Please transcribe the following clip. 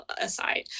aside